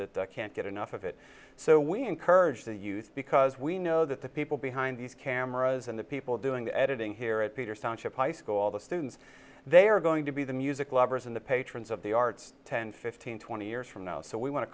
overachievers that can't get enough of it so we encourage the youth because we know that the people behind these cameras and the people doing the editing here at peter's township high school all the students they are going to be the music lovers in the patrons of the arts ten fifteen twenty years from now so we want to